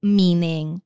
meaning